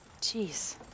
Jeez